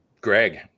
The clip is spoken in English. Greg